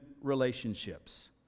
relationships